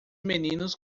meninos